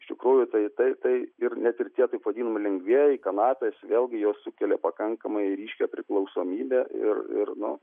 iš tikrųjų tai tai tai ir net ir tie taip vadinami lengvieji kanapės vėlgi jos sukelia pakankamai ryškią priklausomybė ir ir nu